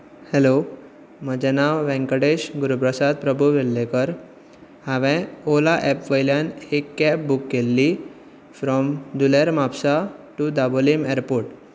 hello म्हजें नांव वेंकटेश गुरुप्रसाद प्रभु वेर्लेकर हांवें ओला ऍप वयल्यान एक कॅब बूक केल्ली from Duler Mapusa to Dabolim airport